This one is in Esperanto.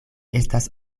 estas